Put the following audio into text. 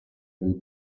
del